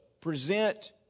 present